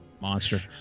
Monster